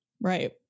Right